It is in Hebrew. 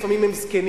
לפעמים הם זקנים,